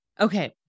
Okay